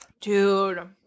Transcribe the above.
Dude